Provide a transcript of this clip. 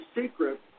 secret